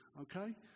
okay